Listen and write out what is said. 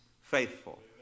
faithful